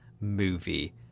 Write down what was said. movie